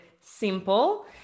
simple